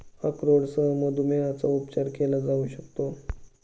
अक्रोडसह मधुमेहाचा उपचार केला जाऊ शकतो